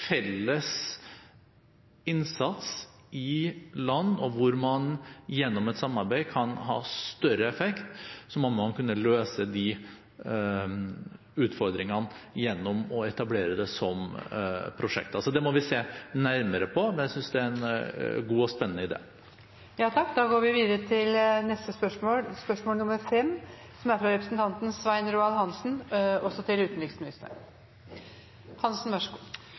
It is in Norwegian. felles innsats i et land, og man gjennom et samarbeid kan ha større effekt, må man kunne løse de utfordringene gjennom å etablere det som prosjekt. Det må vi se nærmere på, men jeg synes det er en god og spennende idé. Jeg tillater meg å stille følgende spørsmål til